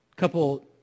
couple